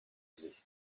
sich